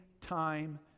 time